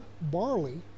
barley